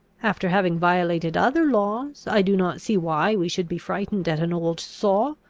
after having violated other laws, i do not see why we should be frightened at an old saw.